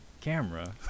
camera